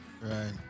Right